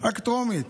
רק טרומית.